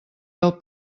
del